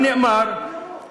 עוד נאמר בחוק,